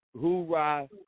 Hooray